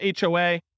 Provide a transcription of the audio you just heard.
HOA